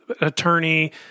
attorney